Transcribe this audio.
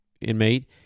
inmate